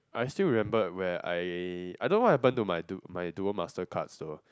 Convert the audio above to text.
I still remembered where I I don't know what happen to my dual my dual master cards though